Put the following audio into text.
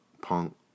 Punk